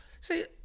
See